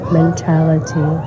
mentality